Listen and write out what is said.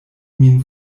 min